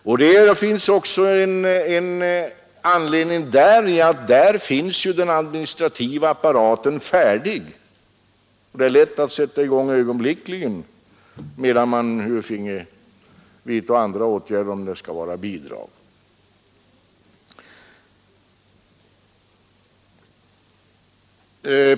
Att man väljer skatteavdrag är också motiverat av att här finns den administrativa apparaten färdig — det är lätt att sätta i gång ögonblickligen, medan man finge vidta andra åtgärder om man valde bidrag.